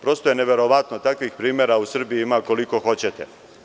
Prosto je neverovatno, takvih primera u Srbiji koliko hoćete.